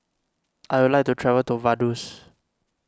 I would like to travel to Vaduz